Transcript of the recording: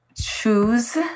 choose